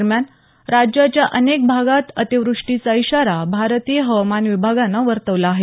दरम्यान राज्याच्या अनेक भागात अतिव्रष्टीचा इशारा भारतीय हवामान विभागानं वर्तवला आहे